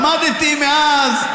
למדתי מאז.